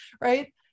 right